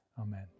Amen